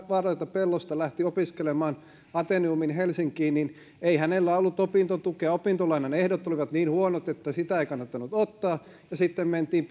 pellosta lähti opiskelemaan ateneumiin helsinkiin niin ei hänellä ollut opintotukea ja opintolainan ehdot olivat niin huonot että sitä ei kannattanut ottaa ja sitten mentiin